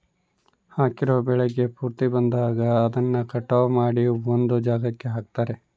ಹಾಕಿರೋ ಬೆಳೆ ಪೂರ್ತಿ ಬಂದಾಗ ಅದನ್ನ ಕಟಾವು ಮಾಡಿ ಒಂದ್ ಜಾಗಕ್ಕೆ ಹಾಕ್ತಾರೆ